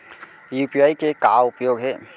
UPI के का उपयोग हे?